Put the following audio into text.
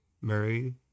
Mary